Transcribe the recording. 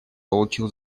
получил